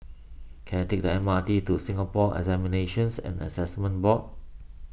can I take the M R T to Singapore Examinations and Assessment Board